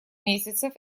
месяцев